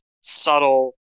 subtle